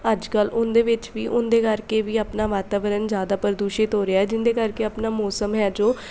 ਅੱਜ ਕੱਲ੍ਹ ਉਹਦੇ ਵਿੱਚ ਵੀ ਉਹਦੇ ਕਰਕੇ ਵੀ ਆਪਣਾ ਵਾਤਾਵਰਨ ਜ਼ਿਆਦਾ ਪ੍ਰਦੂਸ਼ਿਤ ਹੋ ਰਿਹਾ ਜਿਹਦੇ ਕਰਕੇ ਆਪਣਾ ਮੌਸਮ ਹੈ ਜੋ